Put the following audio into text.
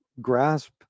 grasp